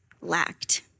lacked